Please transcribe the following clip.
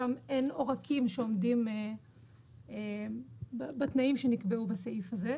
גם אין עורקים שעומדים בתנאים שנקבעו בסעיף הזה.